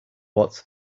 what